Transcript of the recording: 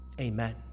Amen